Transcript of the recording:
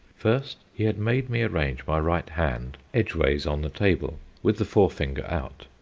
first he had made me arrange my right hand edgeways on the table, with the forefinger out.